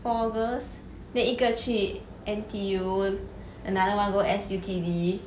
four girls then 一个去 N_T_U another one go S_U_T_D